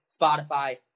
Spotify